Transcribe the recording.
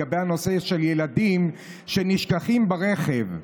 לגבי נושא של ילדים שנשכחים ברכב,